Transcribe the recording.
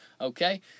Okay